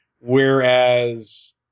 whereas